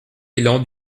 élan